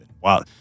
Wow